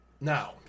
Now